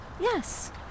Yes